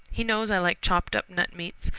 he knows i like chopped-up nut-meats,